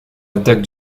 attaque